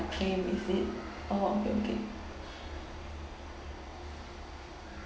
claim is it orh okay okay